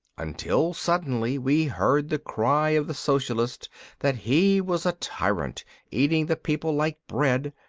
until suddenly we heard the cry of the socialist that he was a tyrant eating the people like bread.